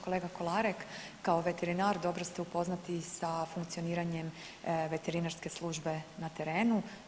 Kolega Kolarek kao veterinar dobro ste upoznati sa funkcioniranjem veterinarske službe na terenu.